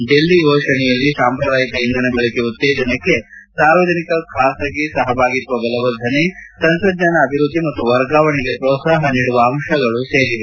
ಡೆಲ್ಲಿ ಫೋಷಣೆಯಲ್ಲಿ ಸಾಂಪ್ರದಾಯಿಕ ಇಂಧನ ಬಳಕೆ ಉತ್ತೇಜನಕ್ಕೆ ಸಾರ್ವಜನಿಕ ಖಾಸಗಿ ಸಹಭಾಗಿತ್ತ ಬಲವರ್ಧನೆ ತಂತ್ರಜ್ಞಾನ ಅಭಿವ್ವದ್ದಿ ಮತ್ತು ವರ್ಗಾವಣಿಗೆ ಪ್ರೋತ್ಪಾಹ ನೀಡುವ ಅಂಶಗಳು ಸೇರಿವೆ